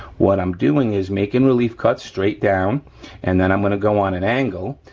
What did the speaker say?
what i'm doing is making relief cuts straight down and then i'm gonna go on an angle,